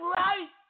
right